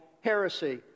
heresy